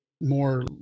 more